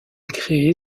créée